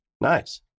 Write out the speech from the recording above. Nice